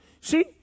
See